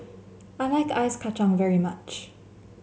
I like Ice Kachang very much